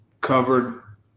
covered